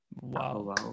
Wow